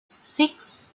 six